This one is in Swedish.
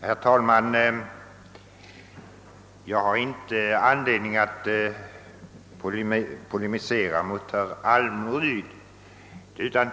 Herr talman! Jag har ingen anledning att polemisera mot herr Almryd.